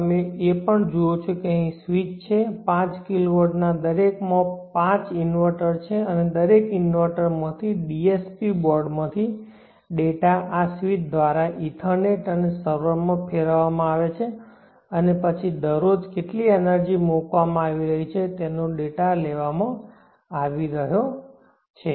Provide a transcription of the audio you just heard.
તમે એ પણ જુઓ કે અહીં સ્વિચ છે 5 kW ના દરેકમાં પાંચ ઇન્વર્ટર છે અને દરેક ઇન્વર્ટર માંથી DSP બોર્ડમાંથી ડેટા આ સ્વીચ દ્વારા ઇથરનેટ અને સર્વરમાં ફેરવવામાં આવે છે અને પછી દરરોજ કેટલી એનર્જી મુકવામાં આવી રહી છે તેનો ડેટા લેવા માં આવી રહ્યો છે